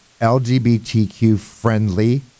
LGBTQ-friendly